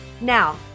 Now